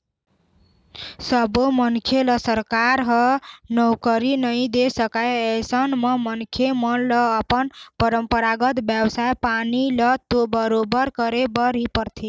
सब्बो मनखे ल सरकार ह नउकरी नइ दे सकय अइसन म मनखे मन ल अपन परपंरागत बेवसाय पानी ल तो बरोबर करे बर ही परथे